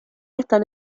están